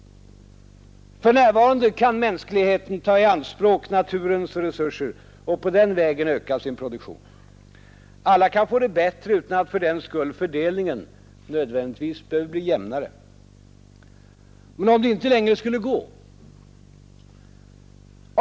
För närvarande kan mänskligheten ta i anspråk naturens resurser och på den vägen öka sin produktion — alla kan få det bättre utan att fördenskull fördelningen nödvändigtvis behöver bli jämnare. Men om det inte längre skulle gå?